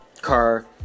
car